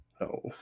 no